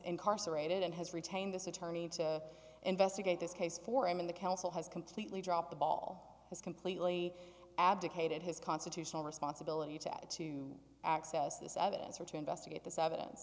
incarcerated and has retained this attorney to investigate this case for him in the council has completely dropped the ball has completely abdicated his constitutional responsibility to add to access this evidence or to investigate this evidence